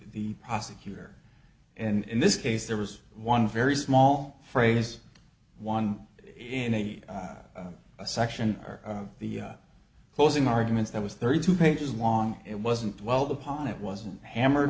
prosecutor and in this case there was one very small phrase one in a section of the closing arguments that was thirty two pages long it wasn't well the pon it wasn't hammered